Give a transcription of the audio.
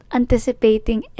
anticipating